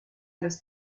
los